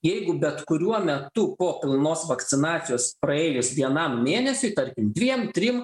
jeigu bet kuriuo metu po pilnos vakcinacijos praėjus vienam mėnesiui tarkim dviem trim